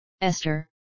Esther